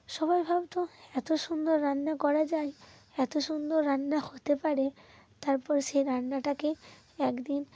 সবাই ভাবত এত সুন্দর রান্না করা যায় এত সুন্দর রান্না হতে পারে তারপর সেই রান্নাটাকে একদিন